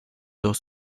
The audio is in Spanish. dos